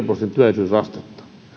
prosentin työllisyysastetta eli